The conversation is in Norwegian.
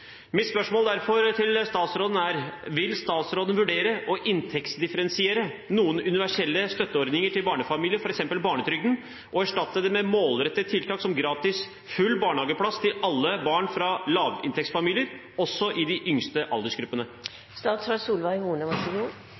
Mitt spørsmål til statsråden er derfor: Vil statsråden vurdere å inntektsdifferensiere noen universelle støtteordninger til barnefamilier, f.eks. barnetrygden, og erstatte dem med målrettede tiltak som gratis full barnehageplass til alle barn fra lavinntektsfamilier – også i de yngste